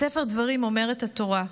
בספר דברים אומרת התורה: